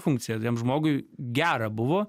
funkciją tam žmogui gera buvo